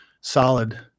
solid